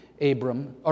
Abram